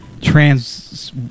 Trans